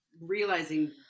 realizing